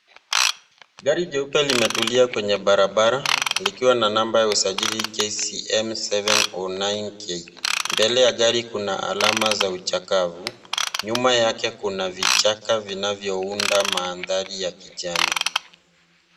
Gari jeupe limetulia kwenye barabara likiwa na namba ya usajili KCM 709K. Mbele ya gari kuna alama za uchakavu . Nyuma yake kuna vichaka vinavyounda mandhari ya kijani.